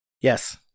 Yes